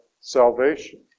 salvation